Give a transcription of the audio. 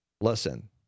listen